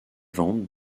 ventes